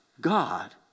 God